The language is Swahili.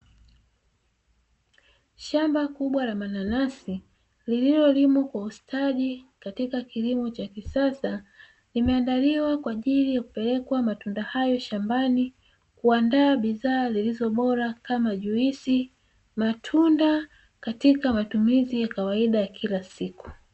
Shamba kubwa la mananasi lililolimwa kwa ustadi katika kilimo cha kisasa, limeandaliwa kwa ajili ya kupelekwa matunda hayo shambani kuandaa bidhaa zilizo bora kama juisi, matunda katika matumizi ya kawaida ya kila siku.